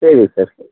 சரி சார்